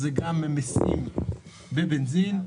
זה גם ממסים בבנזין.